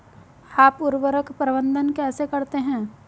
आप उर्वरक का प्रबंधन कैसे करते हैं?